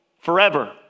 forever